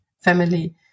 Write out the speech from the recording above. family